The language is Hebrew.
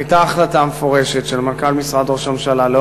הייתה החלטה מפורשת של מנכ"ל משרד ראש הממשלה,